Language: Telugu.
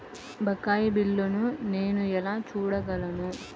బకాయి బిల్లును నేను ఎలా చూడగలను?